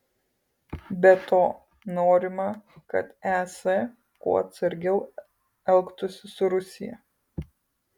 be to norima kad es kuo atsargiau elgtųsi su rusija